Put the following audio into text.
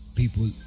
People